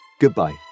goodbye